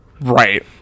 Right